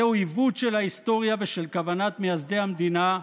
זהו עיוות של ההיסטוריה ושל כוונת מייסדי המדינה,